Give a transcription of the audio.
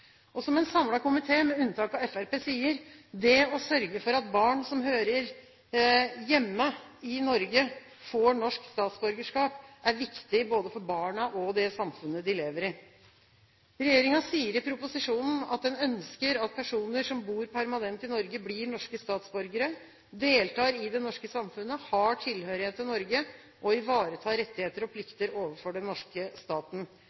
statsborgere. Som en samlet komité, med unntak av Fremskrittspartiet, sier: «Det å sørge for at barn som hører hjemme i Norge får norsk statsborgerskap er viktig både for barna og for samfunnet de lever i.» Regjeringen sier i proposisjonen at den ønsker «at personer som bor permanent i Norge blir norske statsborgere, deltar i det norske samfunnet, har tilhørighet til Norge og ivaretar rettigheter og plikter overfor den norske staten».